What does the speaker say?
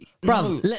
Bro